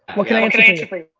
what can i answer answer for you?